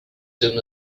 soon